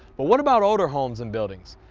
but what about older homes and buildings?